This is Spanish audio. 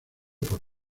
por